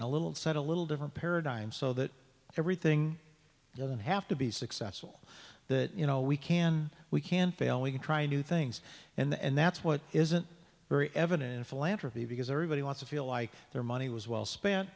and a little set a little different paradigm so that everything doesn't have to be successful that you know we can we can fail we can try new things and that's what isn't very evident in philanthropy because everybody wants to feel like their money was well spent